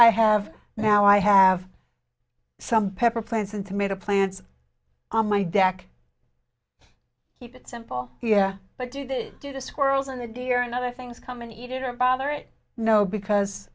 i have now i have some pepper plants and tomato plants on my deck he did simple yeah but do they do the squirrels and the deer and other things come and eat it or bother it no because